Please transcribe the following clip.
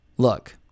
Look